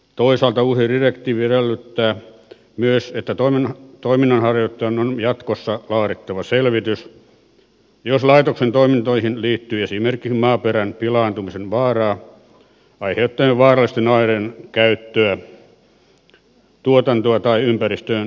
toisaalta uusi direktiivi edellyttää myös että toiminnanharjoittajan on jatkossa laadittava selvitys jos laitoksen toimintoihin liittyy esimerkiksi maaperän pilaantumisen vaaraa aiheuttavien vaarallisten aineiden käyttöä tuotantoa tai ympäristöön päästämistä